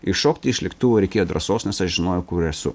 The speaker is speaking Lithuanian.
iššokti iš lėktuvo reikėjo drąsos nes aš žinojau kur esu